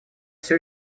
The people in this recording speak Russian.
все